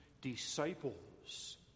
disciples